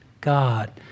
God